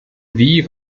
wie